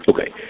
Okay